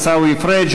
עיסאווי פריג',